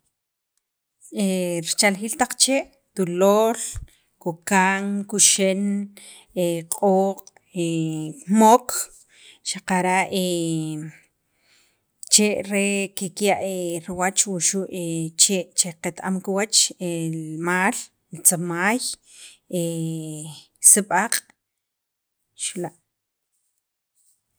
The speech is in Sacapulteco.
richaljiil taq chee', tulol, kokan, kuxen, q'ooq' mok xaqara' chee' re kikya' riwach wuxu' chee' che qet- am kiwach maal, li tzimaay, sib'aq' xu' la'.